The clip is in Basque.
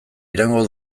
iraungo